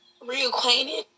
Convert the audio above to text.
reacquainted